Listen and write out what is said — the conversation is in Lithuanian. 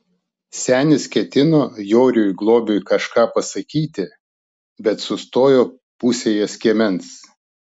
senis ketino joriui globiui kažką pasakyti bet sustojo pusėje skiemens